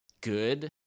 good